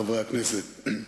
חברי הכנסת,